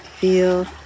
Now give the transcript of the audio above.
feel